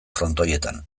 frontoietan